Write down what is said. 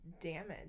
damage